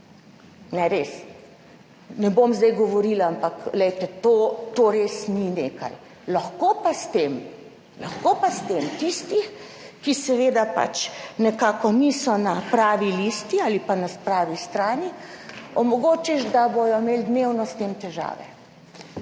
Ne, res, ne bom zdaj govorila, ampak to res ni nekaj. Lahko pa s tem tistim, ki seveda pač nekako niso na pravi listi ali pa na pravi strani, omogočiš, da bodo imeli dnevno s tem težave.